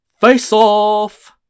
face-off